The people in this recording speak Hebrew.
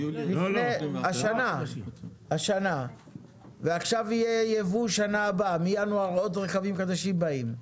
השנה, ועכשיו יהיה יבוא שנה הבאה,